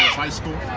high school,